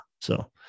So-